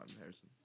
Harrison